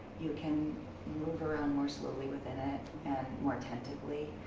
you can move around more slowly within it and more attentively.